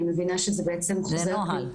אני מבינה שזה בעצם --- זה נוהל.